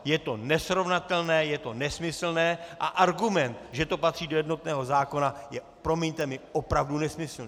Je to nesrovnatelné, je to nesmyslné a argument, že to patří do jednotného zákona, je, promiňte mi, opravdu nesmyslný.